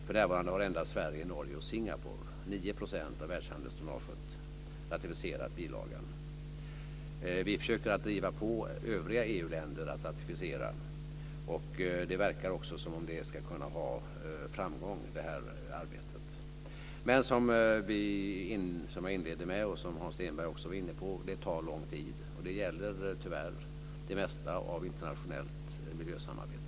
För närvarande har endast Sverige, Norge och Singapore, 9 % av världshandelstonnaget, ratificerat bilagan. Vi försöker att driva på övriga EU-länder att ratificera. Det verkar som om det arbetet ska kunna ha framgång. Men det tar lång tid, som jag sade i inledningen och som Hans Stenberg också var inne på. Det gäller tyvärr det mesta av internationellt miljösamarbete.